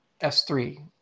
S3